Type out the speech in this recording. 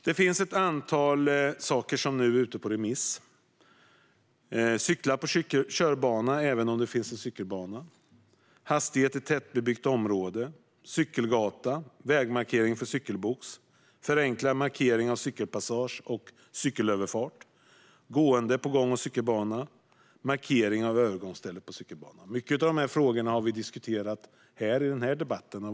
Det finns ett antal saker som nu är ute på remiss, nämligen cykling på körbana, även om det finns cykelbana hastighet i tätbebyggt område cykelgata vägmarkering för cykelbox förenklad markering av cykelpassage och cykelöverfart gående på gång och cykelbana markering av övergångsställe på cykelbana. Många av dessa frågor har vi diskuterat i den här debatten.